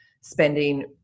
spending